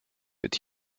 with